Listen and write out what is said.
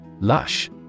Lush